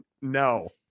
no